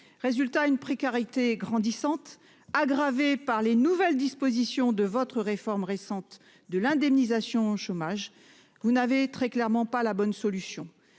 Résultat, une précarité grandissante, aggravée par les nouvelles dispositions de votre réforme récente de l'indemnisation chômage. Vous n'avez très clairement pas la bonne solution.